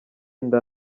inda